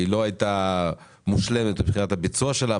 היא לא היתה מושלמת מבחינת הביצוע שלה,